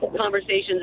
conversations